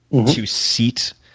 to seat